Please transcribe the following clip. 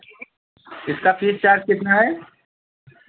इसका fees charge कितना है